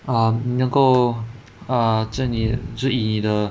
err 能够 err 在你